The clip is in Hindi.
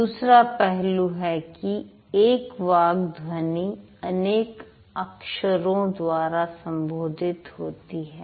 दूसरा पहलू है कि एक वाक् ध्वनि अनेक अक्षरों द्वारा संबोधित होती है